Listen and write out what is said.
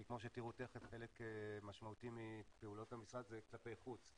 כי כמו שתראו תיכף חלק משמעותי מפעולות המשרד זה כלפי חוץ,